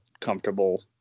comfortable